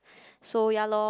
so ya lor